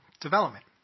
development